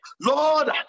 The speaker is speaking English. Lord